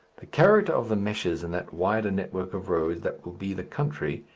the character of the meshes in that wider network of roads that will be the country,